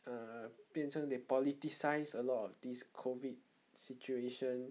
err 变成 they politicised a lot of these COVID situation